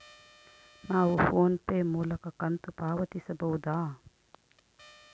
ನಾವು PhonePe ಮೂಲಕ ಕಂತು ಪಾವತಿಸಬಹುದಾ?